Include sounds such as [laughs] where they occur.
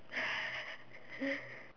[laughs]